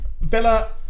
Villa